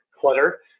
clutter